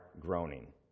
groaning